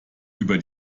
über